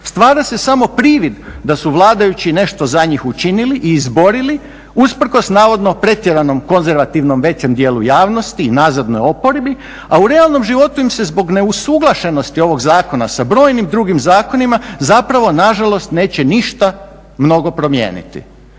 stvara se samo privid da su vladajući nešto za njih učinili i izborili usprkos navodno pretjeranom konzervativnom većem dijelu javnosti i nazadnoj oporbi, a u realnom životu im se zbog neusuglašenosti ovog zakona sa brojnim drugim zakonima zapravo na žalost neće ništa mnogo promijeniti.